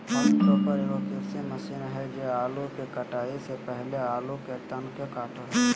haulm topper एगो कृषि machine हइ जे आलू के कटाई से पहले आलू के तन के काटो हइ